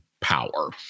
power